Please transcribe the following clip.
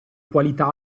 qualità